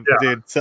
dude